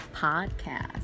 podcast